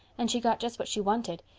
and she got just what she wanted,